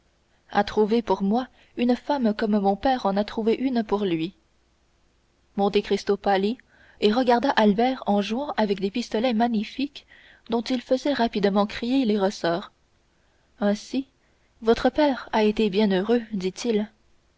à trouver pour moi une femme comme mon père en a trouvé une pour lui monte cristo pâlit et regarda albert en jouant avec des pistolets magnifiques dont il faisait rapidement crier les ressorts ainsi votre père a été bien heureux dit-il